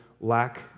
lack